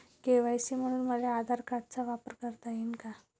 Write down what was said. KYC म्हनून मले आधार कार्डाचा वापर करता येईन का?